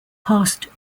passed